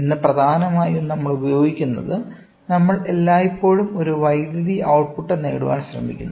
ഇന്ന് പ്രധാനമായും നമ്മൾ ഉപയോഗിക്കുന്നത് നമ്മൾ എല്ലായ്പ്പോഴും ഒരു വൈദ്യുത ഔട്ട് പുട്ട് നേടാൻ ശ്രമിക്കുന്നു